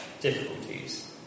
difficulties